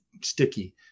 sticky